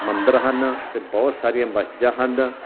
ਮੰਦਰ ਹਨ ਅਤੇ ਬਹੁਤ ਸਾਰੀਆਂ ਮਸਜਿਦਾਂ ਹਨ